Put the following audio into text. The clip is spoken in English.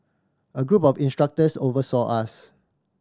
a group of instructors oversaw us